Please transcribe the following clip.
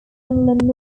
inland